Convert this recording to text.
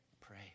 pray